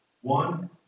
One